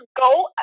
go